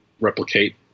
replicate